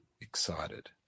excited